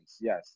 Yes